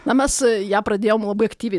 na mes ją pradėjom labai aktyviai